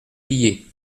billets